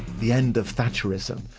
the end of thatcherism,